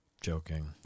joking